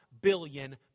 billion